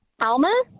Alma